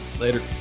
later